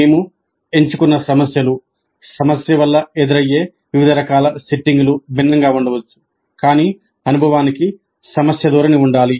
మేము ఎంచుకున్న సమస్యలు సమస్య వల్ల ఎదురయ్యే వివిధ రకాల సెట్టింగ్లు భిన్నంగా ఉండవచ్చు కానీ అనుభవానికి సమస్య ధోరణి ఉండాలి